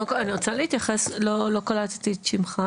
קודם כל אני רוצה להתייחס, לא קלטתי את שמך.